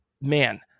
man